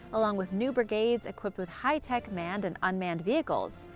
along with new brigades equipped with high-tech manned and unmanned vehicles.